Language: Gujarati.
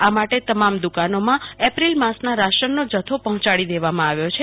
આ માટે તમામ દ્વકાનોમાં એપ્રિલ માસના રાશનનો જથ્થો પહોંચાડી દેવામાં આવ્યો છે